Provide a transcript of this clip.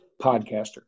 podcaster